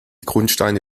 grundsteine